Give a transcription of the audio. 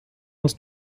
muss